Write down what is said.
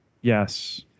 Yes